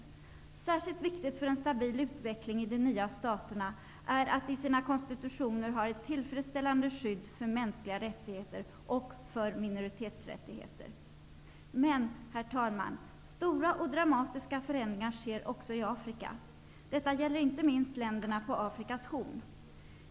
Särskilt viktigt för en stabil utveckling i de nya staterna är att de i sina konstitutioner har ett tillfredsställande skydd för mänskliga rättigheter och för minoritetsrättigheter. Men, herr talman, stora och dramatiska förändringar sker också i Afrika. Detta gäller inte minst länderna på Afrikas Horn.